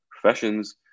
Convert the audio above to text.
professions